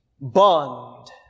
bond